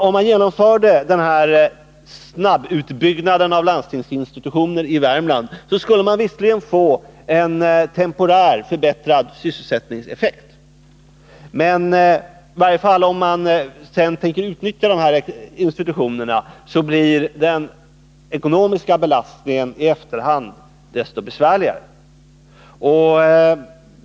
Om man genomför den snabbutbyggnaden av landstingsinstitutionen i Värmland skulle man visserligen få en temporär förbättring av sysselsättningen, men i varje fall om man sedan tänker utnyttja de här institutionerna blir den ekonomiska belastningen i efterhand desto besvärligare.